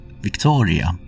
Victoria